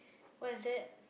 what is that